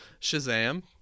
Shazam